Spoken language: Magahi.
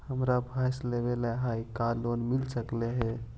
हमरा भैस लेबे ल है का लोन मिल सकले हे?